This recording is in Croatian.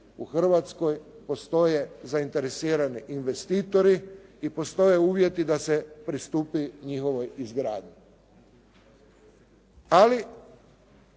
u Hrvatskoj postoje zainteresirani investitori i postoje uvjeti da se pristupi njihovoj izgradnji. Ali,